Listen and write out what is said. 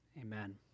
Amen